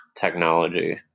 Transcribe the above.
technology